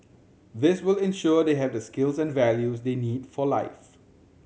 this will ensure they have the skills and values they need for life